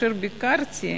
כאשר ביקרתי,